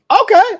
Okay